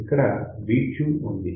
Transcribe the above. ఇక్కడ వి ట్యూన్ ఉంది